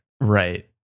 right